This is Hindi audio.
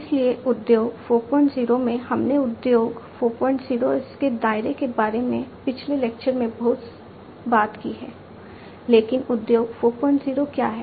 इसलिए उद्योग 40 में हमने उद्योग 40 और इसके दायरे के बारे में पिछले लेक्चरों में बहुत बात की है लेकिन उद्योग 40 क्या है